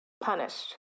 punished